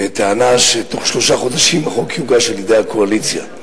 בטענה שבתוך שלושה חודשים החוק יוגש על-ידי הקואליציה.